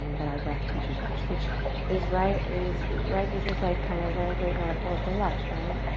that our breath teaches us which is right is right. this is like kind of a great metaphor of her life, right?